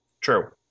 True